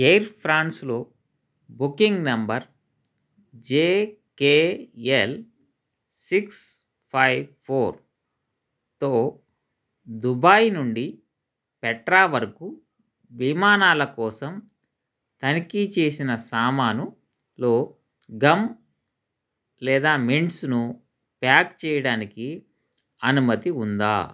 air ఫ్రాన్స్లో booking number J K L six five ఫోర్తో Dubai నుండి పెట్రా వరకు విమానాల కోసం తనిఖీ చేసిన సామానులో గమ్ లేదా మింట్స్ను ప్యాక్ చేయడానికి అనుమతి ఉందా